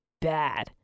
bad